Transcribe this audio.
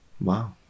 Wow